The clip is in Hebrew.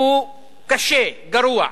הוא קשה, גרוע.